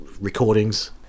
recordings